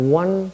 one